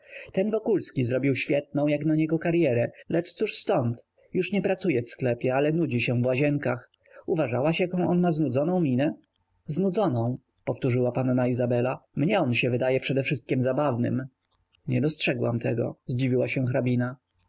ten wokulski zrobił świetną jak dla niego karyerę lecz cóż ztąd już nie pracuje w sklepie ale nudzi się w łazienkach uważałaś jaką on ma znudzoną minę znudzoną powtórzyła panna izabela mnie on wydaje się przedewszystkiem zabawnym nie dostrzegłam tego zdziwiła się